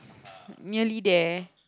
nearly there